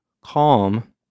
calm